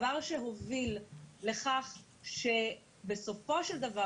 דבר שהוביל לכך שבסופו של דבר,